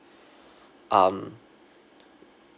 um